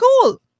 cool